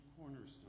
cornerstone